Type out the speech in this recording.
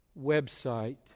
website